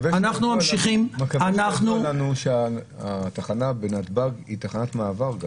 התחנה בנתב"ג היא תחנת מעבר.